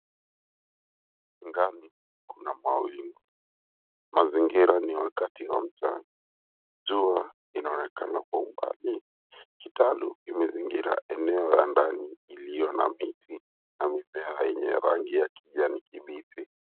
Angani kuna mawingu. Mazingira ni wakati wa mchana. Jua inaonekana kwa mbali. Kitalu kimezingira eneo la ndani iliyo na miti na mimea yenye rangi ya kijani kibichi.